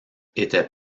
était